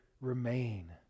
remain